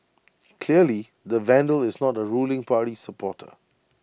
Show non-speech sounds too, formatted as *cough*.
*noise* clearly the vandal is not A ruling party supporter